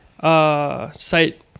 site